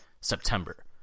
September